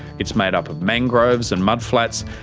it's made up of mangroves and mudflats,